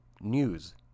news